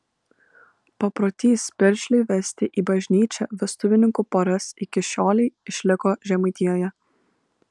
paprotys piršliui vesti į bažnyčią vestuvininkų poras iki šiolei išliko žemaitijoje